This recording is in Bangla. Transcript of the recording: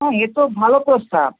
হ্যাঁ এ তো ভালো প্রস্তাব